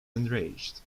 enraged